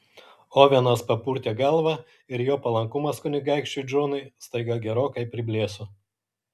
ovenas papurtė galvą ir jo palankumas kunigaikščiui džonui staiga gerokai priblėso